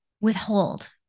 withhold